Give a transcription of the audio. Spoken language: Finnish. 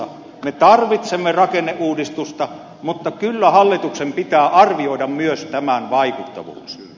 me tarvitsemme rakenneuudistusta mutta kyllä hallituksen pitää arvioida myös tämän vaikuttavuus